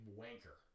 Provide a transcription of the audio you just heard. wanker